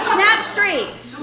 Snapstreaks